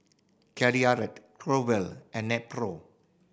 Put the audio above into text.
Caltrate Growell and Nepro